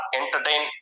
entertain